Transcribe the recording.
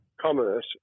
commerce